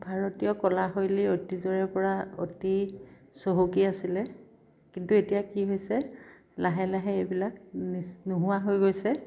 ভাৰতীয় কলা শৈলী অতীজৰে পৰা অতি চহকী আছিলে কিন্তু এতিয়া কি হৈছে লাহে লাহে এইবিলাক নোহোৱা হৈ গৈছে